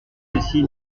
ceci